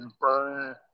burn